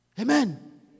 Amen